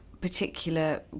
particular